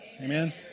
Amen